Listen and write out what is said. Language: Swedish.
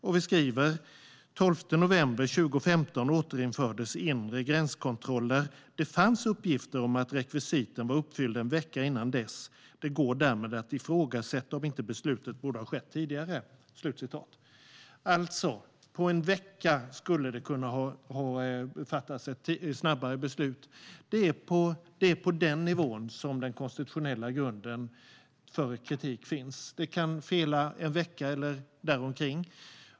Och vi skriver: Den 12 november 2015 återinfördes inre gränskontroller. Det fanns uppgifter om att rekvisiten var uppfyllda en vecka innan dess. Det går därmed att ifrågasätta om inte beslutet borde ha skett tidigare. Gransknings-betänkandeHanteringen av flyktingmottagandet Det skulle alltså ha kunnat fattas ett snabbare beslut - en vecka tidigare. Det är på den nivån som den konstitutionella grunden för kritik finns. Det kan fela en vecka eller däromkring.